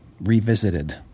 revisited